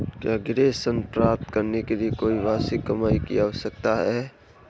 क्या गृह ऋण प्राप्त करने के लिए कोई वार्षिक कमाई की आवश्यकता है?